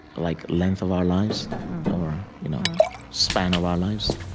like length of our lives or you know span of our lives